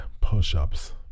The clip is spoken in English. push-ups